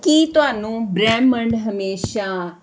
ਕੀ ਤੁਹਾਨੂੰ ਬ੍ਰਹਮੰਡ ਹਮੇਸ਼ਾ